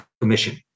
commission